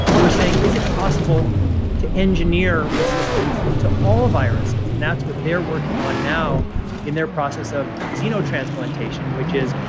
who are saying is it possible to engineer resistance to all viruses? and that's what they're working on now in their process of xenotransplantation, which is,